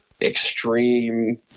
extreme